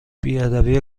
بیادبی